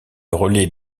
relais